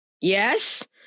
yes